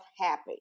happy